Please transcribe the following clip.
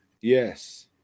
Yes